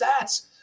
stats